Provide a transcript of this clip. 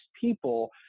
people